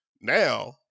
now